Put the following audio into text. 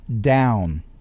down